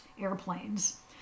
airplanes